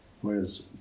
Whereas